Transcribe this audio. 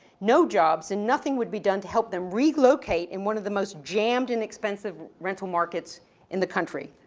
no jobs and nothing would be done to help them relocate in one of the most jammed and expensive rental markets in the country,